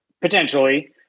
Potentially